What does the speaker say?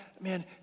Man